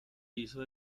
hizo